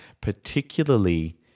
particularly